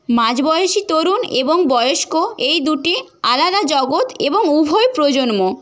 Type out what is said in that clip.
মাঝবয়সি তরুণ এবং বয়স্ক এই দুটি আলাদা জগৎ এবং উভয় প্রজন্ম